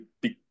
big